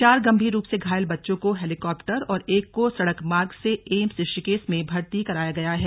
चार गंभीर रूप से घायल बच्चों को हेलीकॉप्टर और एक को सड़क मार्ग से एम्स ऋषिकेश में भर्ती कराया गया है